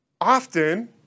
often